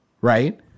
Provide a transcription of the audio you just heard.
right